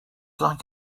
like